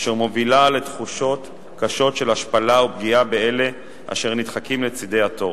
אשר מובילה לתחושות קשות של השפלה ופגיעה באלה אשר נדחקים לצדי התור,